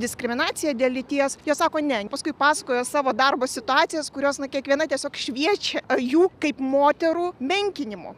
diskriminacija dėl lyties jie sako ne paskui pasakoja savo darbo situacijas kurios ne kiekviena tiesiog šviečia jų kaip moterų menkinimu